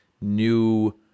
new